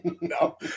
no